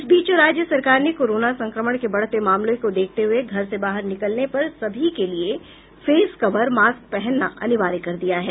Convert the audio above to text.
इस बीच राज्य सरकार ने कोरोना संक्रमण के बढ़ते मामले को देखते हुए घर से बाहर निकलने पर सभी के लिए फेस कवर मास्क पहनना अनिवार्य कर दिया है